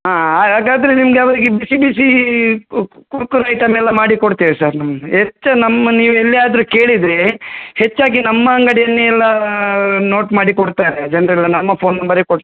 ಹಾಂ ಹಾಗಾದ್ರೆ ನಿಮಗೆ ಅವರಿಗೆ ಬಿಸಿ ಬಿಸಿ ಕುರ್ಕುರೆ ಐಟಮ್ ಎಲ್ಲ ಮಾಡಿ ಕೊಡ್ತೇವೆ ಸರ್ ನಮ್ಮ ಹೆಚ್ಚು ನಮ್ಮ ನೀವು ಎಲ್ಲಿಯಾದರು ಕೇಳಿದರೆ ಹೆಚ್ಚಾಗಿ ನಮ್ಮ ಅಂಗಡಿಯನ್ನೆ ಎಲ್ಲ ನೋಟ್ ಮಾಡಿ ಕೊಡ್ತಾರೆ ಜನರೆಲ್ಲ ನಮ್ಮ ಫೋನ್ ನಂಬರೇ ಕೊಡು